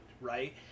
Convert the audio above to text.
Right